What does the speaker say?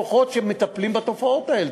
כוחות שמטפלים בתופעות האלה,